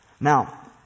Now